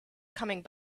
coming